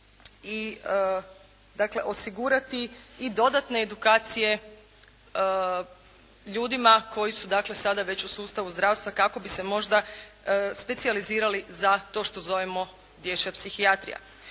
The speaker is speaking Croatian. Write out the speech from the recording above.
osigurati i dodatne edukacije ljudima koji su dakle sada već u sustavu zdravstva kako bi se možda specijalizirali za to što zovemo dječja psihijatrija.